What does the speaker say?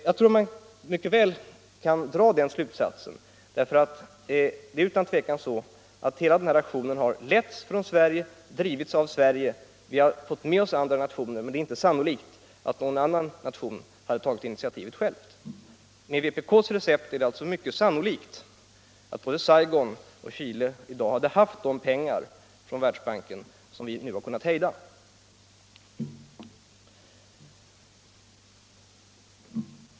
Jag tror man mycket väl kan dra den slutsatsen för det är utan tvivel så att hela den här aktionen har letts från Sverige och drivits av Sverige. Vi har fått med oss andra nationer men det är inte sannolikt att någon annan nation hade tagit initiativet själv. Med vpk:s recept är det alltså mycket sannolikt att både Saigon och Chile i dag hade haft de pengar från Världsbanken som vi nu har kunnat hejda.